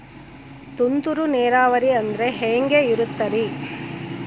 ತುಂತುರು ನೇರಾವರಿ ಅಂದ್ರೆ ಹೆಂಗೆ ಇರುತ್ತರಿ?